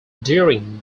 during